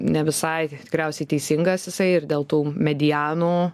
ne visai tikriausiai teisingas jisai ir dėl tų medianų